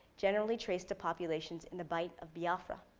generally traced to populations in the bite of biafra.